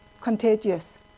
contagious